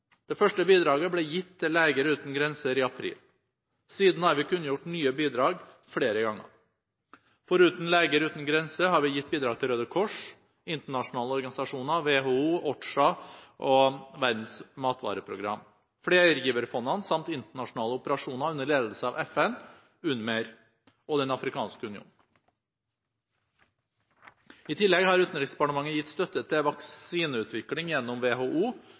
Det første bidraget ble gitt til Leger Uten Grenser i april. Siden har vi kunngjort nye bidrag flere ganger. Foruten Leger Uten Grenser har vi gitt bidrag til Røde Kors, internasjonale organisasjoner – WHO, OCHA og Verdens matvareprogram – flergiverfondene samt internasjonale operasjoner under ledelse av FN – UNMEER – og Den afrikanske union. I tillegg har Utenriksdepartementet gitt støtte til vaksineutvikling gjennom WHO